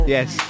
Yes